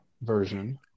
version